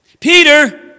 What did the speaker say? Peter